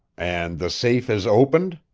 and the safe is opened?